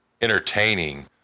entertaining